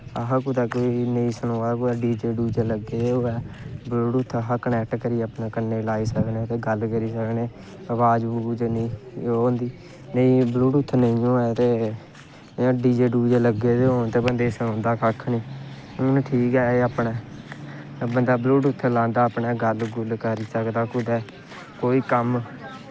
असें कुदै नेईं सनोऐ कुदै डी जे डुजे लग्गे दे होऐ ब्लयूटुथ अस कनैक्ट करी सकने ते अपने क'न्नै गी लाइयै गल्ल करी सकने अवाज अवीज़ नेईं ओह् होंदी ब्लयूटुथ नेईं होऐ ते डी जे डूजे लग्गे दे होन ते बंदे गी सनोंदा कक्ख निं हून ठीक ऐ एह् अपनै बंदा ब्लयूटुथ लांदा अपनै गल्ल गुल्ल करी सकदा कुदै कोई कम्म